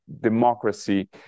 democracy